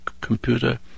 computer